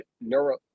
neuro